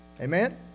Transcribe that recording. Amen